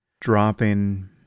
dropping